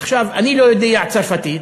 אני לא יודע צרפתית,